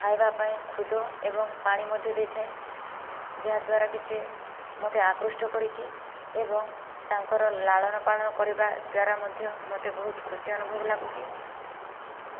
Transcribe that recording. ଖାଇବା ପାଇଁ ଖୁଦ ଏବଂ ପାଣି ମଧ୍ୟ ଦେଇଥାଏ ଯାହା ଦ୍ଵାରାକି ସେ ମୋତେ ଆକୃଷ୍ଟ କରିଛି ଏବଂ ତାଙ୍କର ଲାଳନପାଳନ କରିବା ଦ୍ଵାରା ମଧ୍ୟ ମୋତେ ବହୁତ ଖୁସି ଅନୁଭବ ଲାଗୁଛି